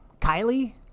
Kylie